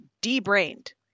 de-brained